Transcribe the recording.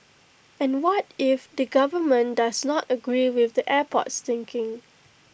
and what if the government does not agree with the airport's thinking